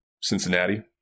Cincinnati